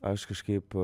aš kažkaip